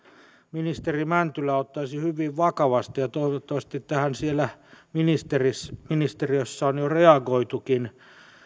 ministeri mäntylä ottaisi hyvin vakavasti ja toivottavasti tähän siellä ministeriössä ministeriössä on jo reagoitukin